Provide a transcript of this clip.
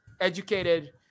educated